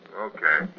Okay